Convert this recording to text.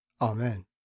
Amen